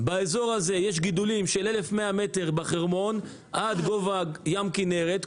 באזור הזה יש גידולים של 1,100 מטר בחרמון עד גובה ים כנרת,